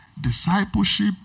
discipleship